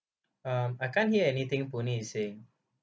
um I can't hear anything boon hee is saying